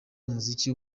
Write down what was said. umuziki